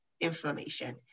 inflammation